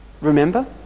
Remember